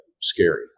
scary